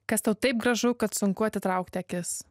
kas tau taip gražu kad sunku atitraukti akis